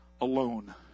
alone